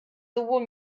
sowohl